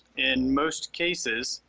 in most cases,